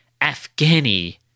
Afghani